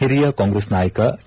ಹಿರಿಯ ಕಾಂಗ್ರೆಸ್ ನಾಯಕ ಕೆ